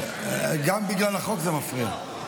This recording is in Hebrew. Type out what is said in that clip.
גם בגלל החוק זה מפריע.